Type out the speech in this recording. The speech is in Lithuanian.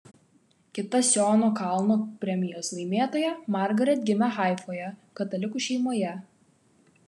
kita siono kalno premijos laimėtoja margaret gimė haifoje katalikų šeimoje